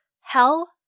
Hell